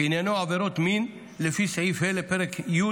שעניינו עבירות מין שנעברו בקטינים לפי סימן ה' לפרק י'